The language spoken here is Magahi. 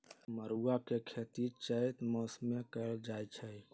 मरुआ के खेती चैत मासमे कएल जाए छै